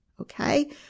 okay